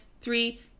Three